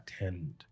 attend